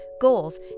goals